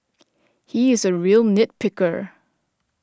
he is a real nit picker